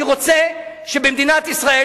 אני רוצה שבמדינת ישראל,